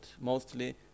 mostly